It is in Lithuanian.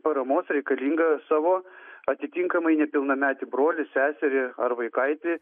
paramos reikalingą savo atitinkamai nepilnametį brolį seserį ar vaikaitį